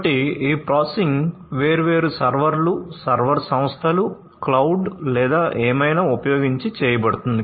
కాబట్టి ఈ ప్రాసెసింగ్ వేర్వేరు సర్వర్లు సర్వర్ సంస్థలు క్లౌడ్ లేదా ఏమైనా ఉపయోగించి చేయబడుతుంది